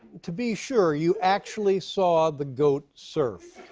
to be sure, you actually saw the goat surf?